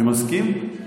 אני מסכים.